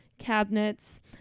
cabinets